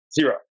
zero